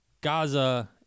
Gaza